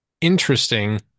interesting